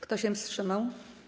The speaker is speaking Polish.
Kto się wstrzymał?